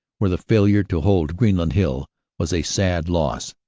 where the failure to hold greenland hill was a sad loss,